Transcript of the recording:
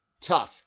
tough